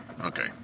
Okay